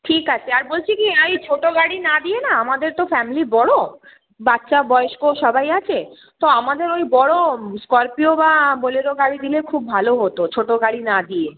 ঠিক আছে আর বলছি কি ওই ছোটো গাড়ি না দিয়ে না আমাদের তো ফ্যামিলি বড়ো বাচ্চা বয়স্ক সবাই আছে তো আমাদের ওই বড়ো স্কর্পিও বা বোলেরো গাড়ি দিলে খুব ভালো হতো ছোটো গাড়ি না দিয়ে